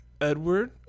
Edward